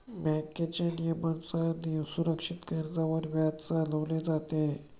बँकेच्या नियमानुसार सुरक्षित कर्जावर व्याज चालवले जाते